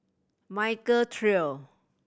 Michael Trio